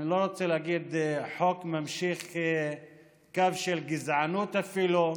אני לא רוצה לומר חוק שממשיך קו של גזענות, אפילו.